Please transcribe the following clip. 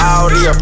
Audi